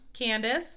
Candice